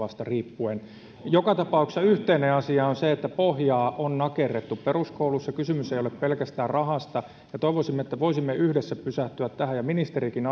laskentatavasta riippuen joka tapauksessa yhteinen asia on että pohjaa on nakerrettu peruskoulussa ja kysymys ei ole pelkästään rahasta toivoisimme että voisimme yhdessä pysähtyä tähän ja ministerikin